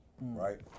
right